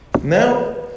Now